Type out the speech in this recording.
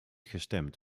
gestemd